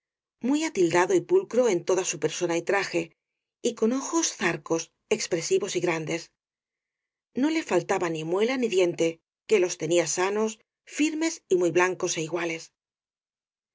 muy atildado y pulcro en toda su persona y traje y con ojos zarcos ex presivos y grandes no le faltaba ni muela ni diente que los tenía sanos firmes y muy blancos é iguales